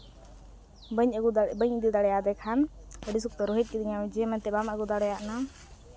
ᱵᱟᱹᱧ ᱟᱹᱜᱩ ᱵᱟᱹᱧ ᱤᱫᱤ ᱫᱟᱲᱮᱭᱟᱫᱮ ᱠᱷᱟᱱ ᱟᱹᱰᱤ ᱥᱚᱠᱛᱚᱭ ᱨᱳᱦᱮᱫ ᱠᱤᱫᱤᱧᱟᱭ ᱡᱮ ᱢᱮᱱᱛᱮᱫ ᱵᱟᱢ ᱟᱹᱜᱩ ᱫᱟᱲᱮᱭᱟᱜᱱᱟ